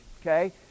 okay